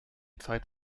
zeit